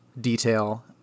detail